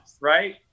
right